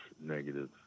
negative